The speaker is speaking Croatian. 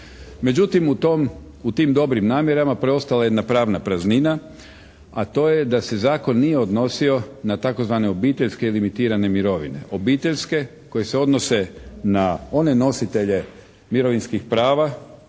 u tom, u tim dobrim namjerama preostala je jedna pravna praznina a to je da se zakon nije odnosio na tzv. obiteljske i limitirane mirovine. Obiteljske koje se odnose na one nositelje mirovinskih prava